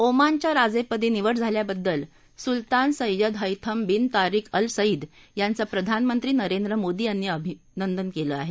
ओमानच्या राजेपदी निवड झाल्याबद्दल Sultan Sayyid Haitham bin Tariq Al Said यांच प्रधानमंत्री नरेंद्र मोदी यांनी अभिनंदन केलं आहे